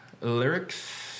lyrics